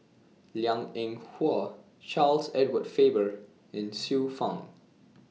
Liang Eng Hwa Charles Edward Faber and Xiu Fang